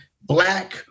black